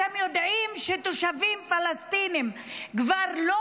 אתם יודעים שתושבים פלסטינים כבר לא